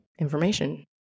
information